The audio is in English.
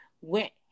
went